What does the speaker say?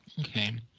okay